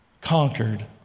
conquered